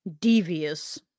Devious